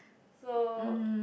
so